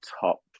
top